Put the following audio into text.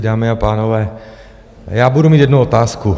Dámy a pánové, budu mít jednu otázku.